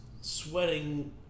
sweating